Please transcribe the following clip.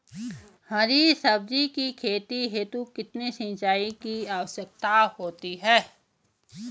हरी सब्जी की खेती हेतु कितने सिंचाई की आवश्यकता होती है?